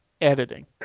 editing